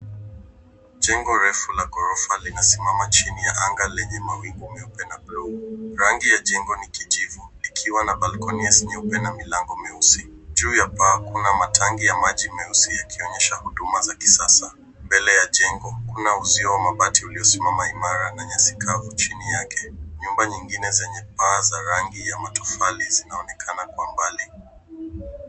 Jengo refu la ghorofa linasimama chini ya anga lenye mawingu meupe na buluu. Rangi ya jengo ni kijivu likiwa na balkoni nyeupe na milango meusi. Juu ya paa kuna matangi ya maji meusi yakionyesha huduma za kisasa. Mbele ya jengo kuna uzio wa mabati uliosimama imara na nyasi kavu chini yake. Nyumba zingine zenye paa za rangi ya matofali zinaonekana kwa mbali.